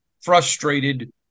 frustrated